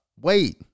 wait